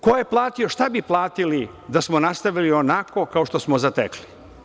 Ko je platio, šta bi platili da smo nastavili onako kao što smo zatekli?